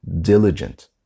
diligent